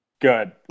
Good